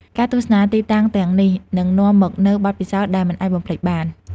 ការទស្សនាទីតាំងទាំងនេះនឹងនាំមកនូវបទពិសោធន៍ដែលមិនអាចបំភ្លេចបាន។